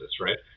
right